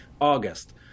august